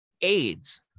AIDS